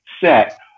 set